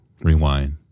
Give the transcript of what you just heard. Rewind